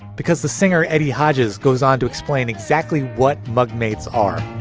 because the singer eddie hodges goes on to explain exactly what bunkmates are